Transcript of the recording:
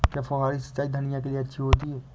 क्या फुहारी सिंचाई धनिया के लिए अच्छी होती है?